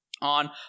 on